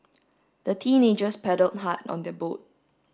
the teenagers paddled hard on their boat